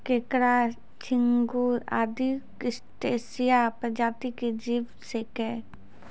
केंकड़ा, झिंगूर आदि क्रस्टेशिया प्रजाति के जीव छेकै